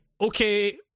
okay